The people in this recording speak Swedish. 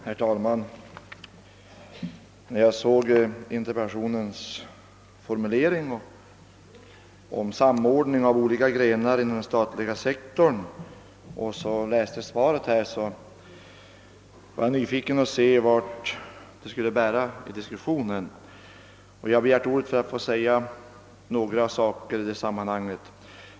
Herr talman! Efter att först ha läst herr Lundmarks interpellation angående samordningen av statlig verksamhet av betydelse för lokaliseringspolitiken och sedan interpellationssvaret var jag nyfiken på vart diskussionen skulle leda. För egen del vill jag endast anföra ett par synpunkter.